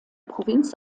provinz